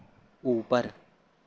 اوپر